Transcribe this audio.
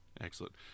Excellent